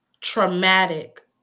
traumatic